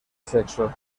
sexo